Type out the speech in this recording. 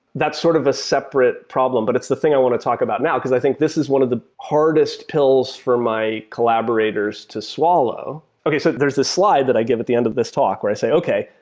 that's sort of a separate problem, but it's the thing i want to talk about now, because i think this is one of the hardest pills for my collaborators to swallow. okay. so there's this slide that i give at the end of this talk where say, okay,